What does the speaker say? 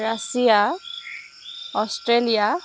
Russia Australia